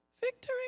victory